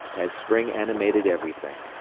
as spring animated everything.